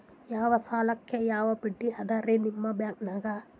ಯಾ ಸಾಲಕ್ಕ ಯಾ ಬಡ್ಡಿ ಅದರಿ ನಿಮ್ಮ ಬ್ಯಾಂಕನಾಗ?